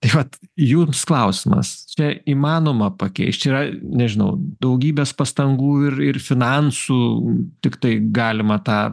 tai vat jums klausimas čia įmanoma pakeist čia yra nežinau daugybės pastangų ir ir finansų tiktai galima tą